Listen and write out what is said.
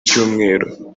cyumweru